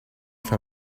from